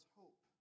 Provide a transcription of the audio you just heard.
hope